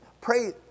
Pray